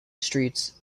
streets